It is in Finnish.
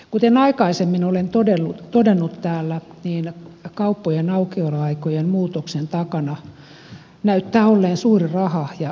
kuten aikaisemmin olen todennut täällä niin kauppojen aukioloaikojen muutoksen takana näyttää olleen suuri raha ja keskittynyt kaupan rakenne